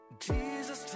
Jesus